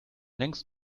denkst